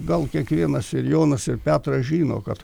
gal kiekvienas ir jonas ir petras žino kad